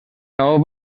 nou